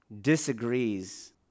disagrees